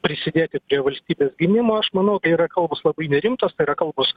prisidėti prie valstybės gynimo aš manau tai yra kalbos labai nerimtos tai yra kalbos